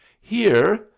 Here—